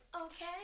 Okay